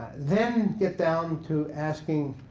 then get down to asking,